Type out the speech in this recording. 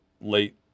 late